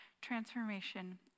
transformation